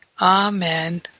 Amen